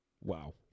wow